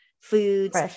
foods